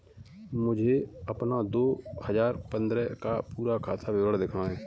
मुझे अपना दो हजार पन्द्रह का पूरा खाता विवरण दिखाएँ?